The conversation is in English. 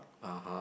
(uh huh)